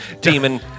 demon